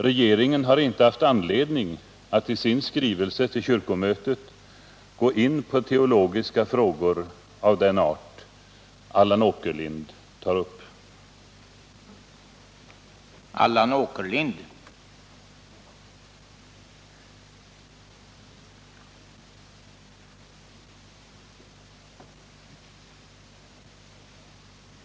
Regeringen har inte haft anledning att i sin skrivelse till kyrkomötet gå in på teologiska frågor av den art Allan Åkerlind tar upp.